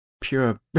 pure